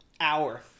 hour